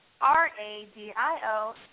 R-A-D-I-O